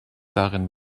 darin